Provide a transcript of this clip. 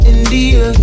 India